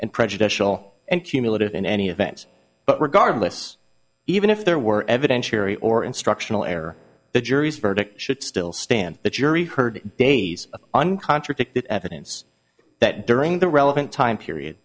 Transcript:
and prejudicial and cumulative in any event but regardless even if there were evidentiary or instructional error the jury's verdict should still stand the jury heard days of un contradicted evidence that during the relevant time period